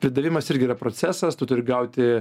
pridavimas irgi yra procesas tu turi gauti